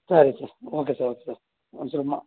ಸರಿ sir okay sir okay sir ಒಂದು ಸಾರಿ ಮಾ